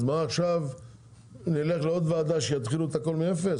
אז מה עכשיו נלך לעוד ועדה שיתחילו את הכול מאפס?